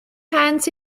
hands